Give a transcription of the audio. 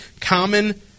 common